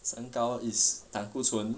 身高 is 胆固醇